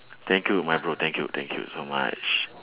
thank you my bro thank you thank you so much